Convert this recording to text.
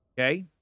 Okay